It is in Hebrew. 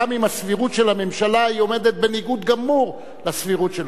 גם אם הסבירות של הממשלה עומדת בניגוד גמור לסבירות שלו.